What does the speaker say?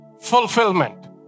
fulfillment